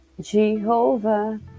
Jehovah